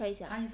try 一下 ah